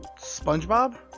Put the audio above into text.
SpongeBob